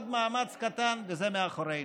עוד מאמץ קטן וזה מאחורינו.